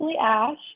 Ash